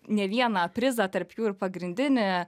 ne vieną prizą tarp jų ir pagrindinį